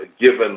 given